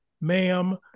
ma'am